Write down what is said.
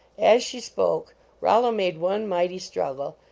as she spoke rollo made one mighty struggle,